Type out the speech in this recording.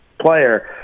player